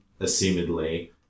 assumedly